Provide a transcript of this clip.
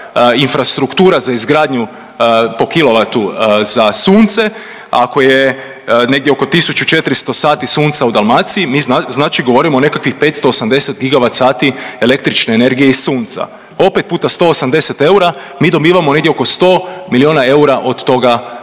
infrastruktura za izgradnju po kilovatu za sunce, ako je negdje oko 1400 sati sunca u Dalmaciji mi znači govorimo o nekakvih 580 gigavat sati električne energije iz sunca. Opet puta 180 eura, mi dobivamo negdje oko 100 milijuna eura od te